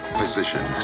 physician